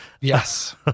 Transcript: Yes